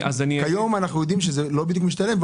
כיום אנחנו יודעים שזה לא בדיוק משתלם.